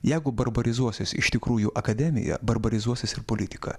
jeigu barbarizmuosis iš tikrųjų akademija barbarizuosis ir politika